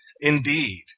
Indeed